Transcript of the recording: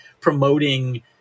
promoting